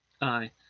Aye